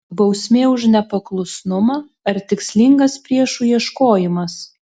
bausmė už nepaklusnumą ar tikslingas priešų ieškojimas